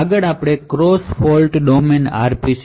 આગળ આપણે cross fault domain RPCs